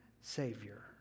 Savior